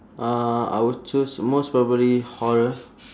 uh I would choose most probably horror